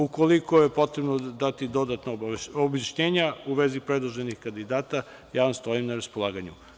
Ukoliko je potrebno dati dodatna obaveštenja u vezi predloženih kandidata, ja vam stojim na raspolaganju.